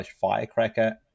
firecracker